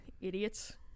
Idiots